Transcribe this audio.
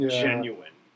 genuine